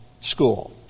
school